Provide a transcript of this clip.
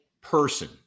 person